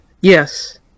Yes